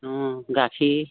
অঁ গাখীৰ